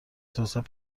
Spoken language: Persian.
توسعه